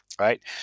Right